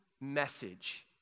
message